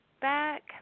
Back